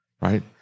right